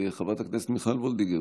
חברת הכנסת מיכל וולדיגר,